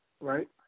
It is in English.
right